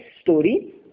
story